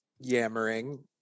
Yammering